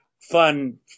fun